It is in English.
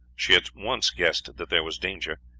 she at once guessed that there was danger,